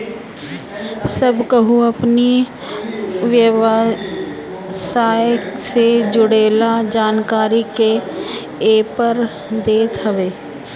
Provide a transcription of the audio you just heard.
सब केहू अपनी व्यवसाय से जुड़ल जानकारी के एपर देत हवे